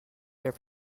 their